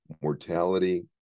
mortality